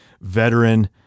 veteran